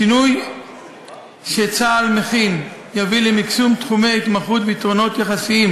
השינוי שצה"ל מחיל יביא למקסום תחומי ההתמחות והיתרונות היחסיים